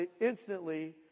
instantly